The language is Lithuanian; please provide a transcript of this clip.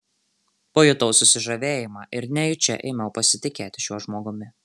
pajutau susižavėjimą ir nejučia ėmiau pasitikėti šiuo žmogumi